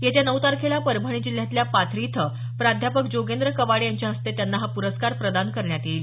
येत्या नऊ तारखेला परभणी जिल्ह्यातल्या पाथरी इथं प्राध्यापक जोगेंद्र कवाडे यांच्या हस्ते त्यांना हा पुरस्कार प्रदान करण्यात येईल